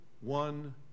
one